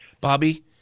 Bobby